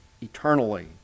eternally